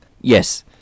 Yes